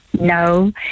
No